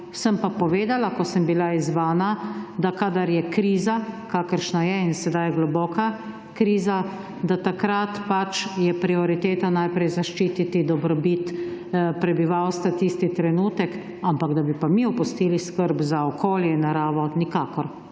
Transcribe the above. Sem pa povedala, ko sem bila izzvana, da kadar je kriza, kakršna je, in sedaj je globoka kriza, da takrat je prioriteta najprej zaščititi dobrobit prebivalstva tisti trenutek. Da bi pa mi opustili skrb za okolje in naravo − nikakor.